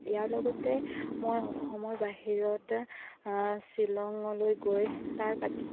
ইয়াৰ লগতে মই অসমৰ বাহিৰত শ্বিলঙলৈ গৈ তাৰ প্ৰাকৃতিক